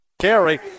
carry